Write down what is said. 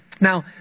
Now